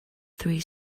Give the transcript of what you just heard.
three